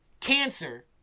Cancer